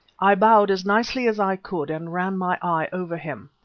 i bowed as nicely as i could and ran my eye over him.